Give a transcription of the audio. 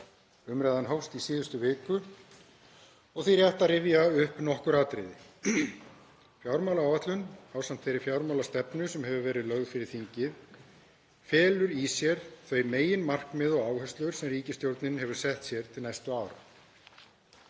Umræðan hófst í síðustu viku og því rétt að rifja upp nokkur atriði. Fjármálaáætlun, ásamt þeirri fjármálastefnu sem hefur verið lögð fyrir þingið, felur í sér þau meginmarkmið og áherslur sem ríkisstjórnin hefur sett sér til næstu ára.